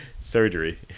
Surgery